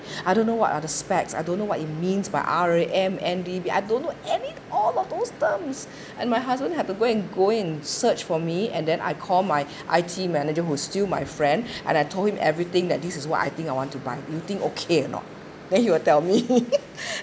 I don't know what are the specs I don't know what it means by A_R_M A_M_D I don't know any all of those terms and my husband had to go and go and search for me and then I call my I_T manager who still my friend and I told him everything that this is what I think I want to buy you think okay or not then he will tell me